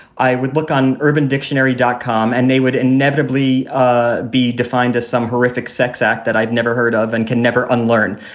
i would look on urban dictionary dotcom and they would inevitably ah be defined as some horrific sex act that i've never heard of and can never unlearn.